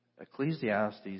Ecclesiastes